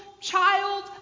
child